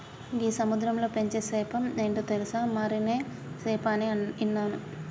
గీ సముద్రంలో పెంచే సేప ఏంటో తెలుసా, మరినే సేప అని ఇన్నాను